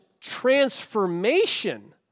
transformation